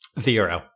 Zero